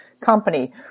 company